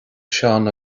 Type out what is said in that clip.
seán